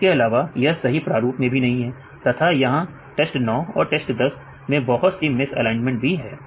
इसके अलावा यह सही प्रारूप में भी नहीं है तथा यहां test 9 और test 10 मैं बहुत सी मिसालाइनमेंट भी है